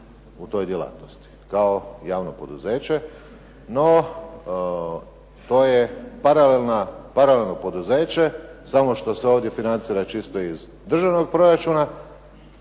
u toj djelatnosti kao javno poduzeće. No, to je paralelno poduzeće samo što se ovdje financira čisto iz državnog proračuna